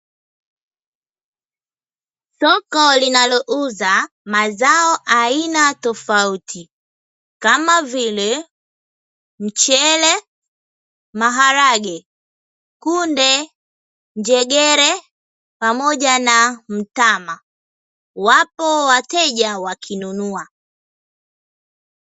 Soko linayouza mazao aina tofauti kama vile mchele, maharage, kunde, njegere pamoja na mtama wapo wateja wakinunua.